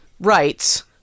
rights